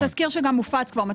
זה תזכיר שגם הופץ כבר.